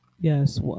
Yes